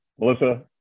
Melissa